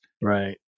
Right